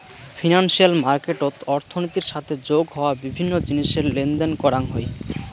financial মার্কেটত অর্থনীতির সাথে যোগ হওয়া বিভিন্ন জিনিসের লেনদেন করাং হই